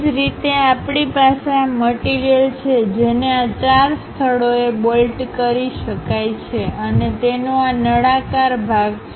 એ જ રીતે આપણી પાસે આ મટીરીયલછે જેને આ ચાર સ્થળોએ બોલ્ટ કરી શકાય છે અને તેનો આ નળાકાર ભાગ છે